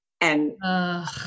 And-